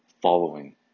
following